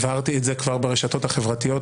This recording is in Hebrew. הבהרתי את זה כבר ברשתות החברתיות,